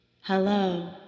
Hello